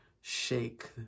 shake